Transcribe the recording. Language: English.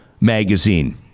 magazine